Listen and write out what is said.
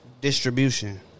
Distribution